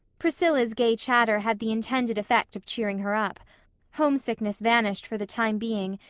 priscilla's gay chatter had the intended effect of cheering her up homesickness vanished for the time being,